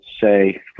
say